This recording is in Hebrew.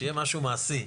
שיהיה משהו מעשי.